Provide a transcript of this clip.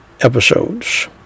episodes